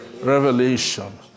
revelation